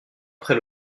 après